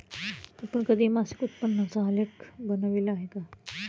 आपण कधी मासिक उत्पन्नाचा आलेख बनविला आहे का?